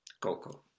Coco